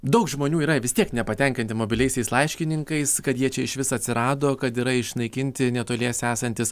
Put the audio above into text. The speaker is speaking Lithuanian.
daug žmonių yra vis tiek nepatenkinti mobiliaisiais laiškininkais kad jie čia išvis atsirado kad yra išnaikinti netoliese esantys